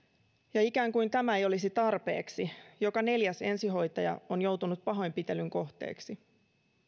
ja ikään kuin tämä ei olisi tarpeeksi joka neljäs ensihoitaja on joutunut pahoinpitelyn kohteeksi